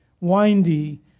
windy